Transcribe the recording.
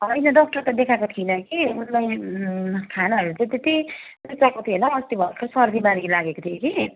होइन डक्टर त देखाएको थिइनँ कि उसलाई खानाहरू त त्यति रुचाएको थिएन अस्ति भर्खर सर्दीमार्गी लागेको थियो कि